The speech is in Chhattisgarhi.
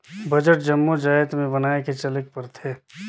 बजट जम्मो जाएत में बनाए के चलेक परथे